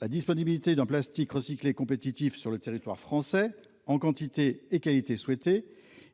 La disponibilité de plastique recyclé compétitifs sur le territoire français, en quantité et qualité souhaité,